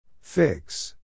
Fix